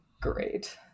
great